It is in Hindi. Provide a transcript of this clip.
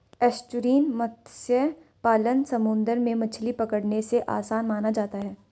एस्चुरिन मत्स्य पालन समुंदर में मछली पकड़ने से आसान माना जाता है